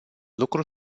lucru